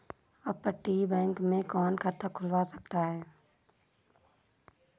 अपतटीय बैंक में कौन खाता खुलवा सकता है?